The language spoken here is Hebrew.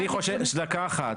דקה אחת.